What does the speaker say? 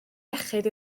iechyd